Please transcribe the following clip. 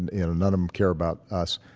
and and none of them care about us.